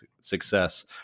success